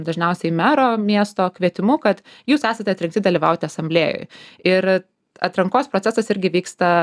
dažniausiai mero miesto kvietimu kad jūs esate atrinkti dalyvauti asamblėjoj ir atrankos procesas irgi vyksta